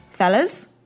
fellas